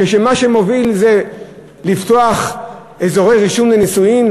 כשמה שמוביל זה לפתוח אזורי רישום לנישואין,